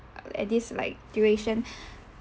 at this like duration